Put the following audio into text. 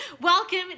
Welcome